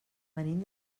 venim